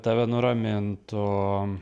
tave nuramintų